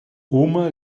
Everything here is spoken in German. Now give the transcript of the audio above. oma